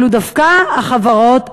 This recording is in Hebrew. אלו דווקא החברות הגדולות.